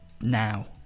now